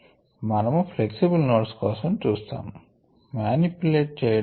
కాబట్టి మనము flexible nodes కోసం చూస్తాము మానిప్యులేట్ చేయడానికి